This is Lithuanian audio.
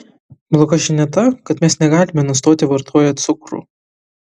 bloga žinia ta kad mes negalime nustoti vartoję cukrų